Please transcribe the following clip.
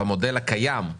במודל הקיים,